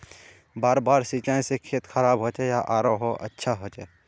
बार बार सिंचाई से खेत खराब होचे या आरोहो अच्छा होचए?